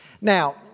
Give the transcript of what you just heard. Now